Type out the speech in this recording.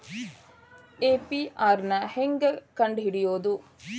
APR ನ ಹೆಂಗ್ ಕಂಡ್ ಹಿಡಿಯೋದು?